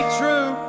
true